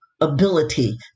Ability